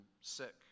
sick